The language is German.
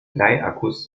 bleiakkus